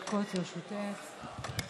דקות לרשותך.